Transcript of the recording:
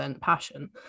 passion